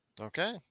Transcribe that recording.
Okay